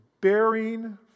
bearing